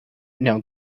now